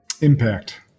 Impact